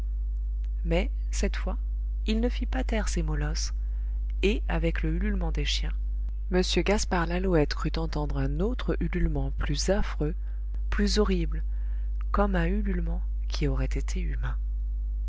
mais cette fois il ne fit pas taire ses molosses et avec le ululement des chiens m gaspard lalouette crut entendre un autre ululement plus affreux plus horrible comme un ululement qui aurait été humain